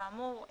כאמור,